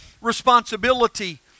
responsibility